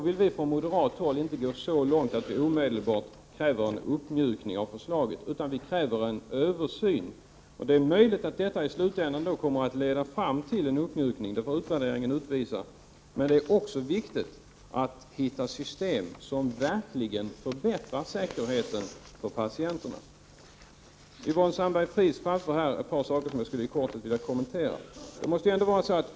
Vi moderater vill inte gå så långt att vi omedelbart kräver en uppmjukning av förslaget. I stället kräver vi en översyn. Det är möjligt att detta i slutändan kommer att leda till en uppmjukning — men det får utvärderingen utvisa. Dessutom är det viktigt att komma fram till system som verkligen förbättrar säkerheten för patienterna. Yvonne Sandberg-Fries pekar här på ett par saker som jag i korthet skulle vilja kommentera.